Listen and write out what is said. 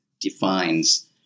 defines